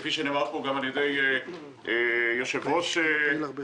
וכפי שנאמר פה גם על ידי יושב-ראש המועצה